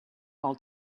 all